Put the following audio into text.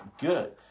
good